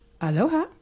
Aloha